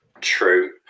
True